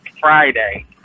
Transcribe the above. Friday